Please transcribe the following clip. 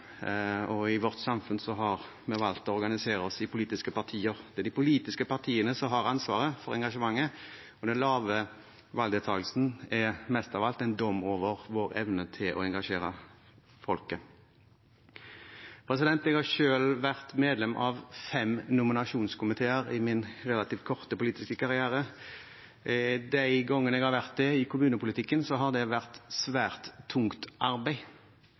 og i vårt samfunn har vi valgt å organisere oss i politiske partier. Det er de politiske partiene som har ansvaret for engasjementet, og den lave valgdeltakelsen er mest av alt en dom over vår evne til å engasjere folket. Jeg har selv vært medlem av fem nominasjonskomiteer i min relativt korte politiske karriere. De gangene jeg har vært det i kommunepolitikken, har det vært et svært tungt arbeid,